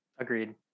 Agreed